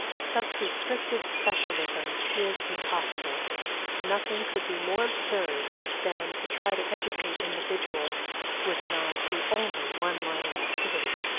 such restricted specialism is impossible nothing could be more absurd than to try to educate individuals with an eye to only one line of activity.